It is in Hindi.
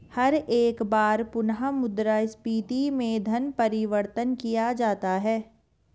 हर एक बार पुनः मुद्रा स्फीती में धन परिवर्तन किया जाता है